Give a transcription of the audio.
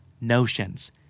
notions